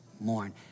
mourn